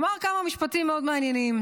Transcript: אמר כמה משפטים מאוד מעניינים.